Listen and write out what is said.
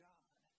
God